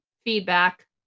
feedback